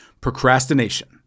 procrastination